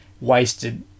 wasted